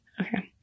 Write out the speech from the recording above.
Okay